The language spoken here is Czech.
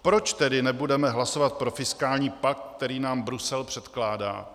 Proč tedy nebudeme hlasovat pro fiskální pakt, který nám Brusel předkládá?